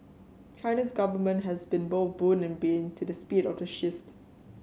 China's government has been both boon and bane to the speed of the shift